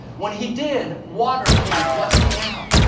when he did, water came gushing out,